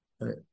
right